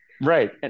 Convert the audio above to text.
right